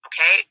Okay